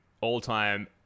all-time